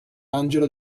angelo